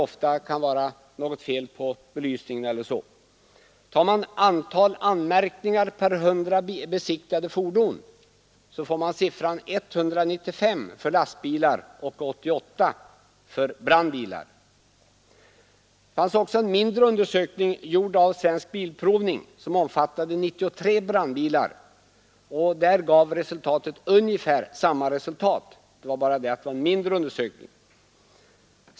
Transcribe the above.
Om man tar antalet anmärkningar per 100 besiktigade fordon, får man siffran 195 för lastbilar och 88 för brandbilar. Det fanns också en mindre undersökning gjord av Svensk bilprovning som omfattade 93 brandbilar. Resultaten var där ungefär desamma.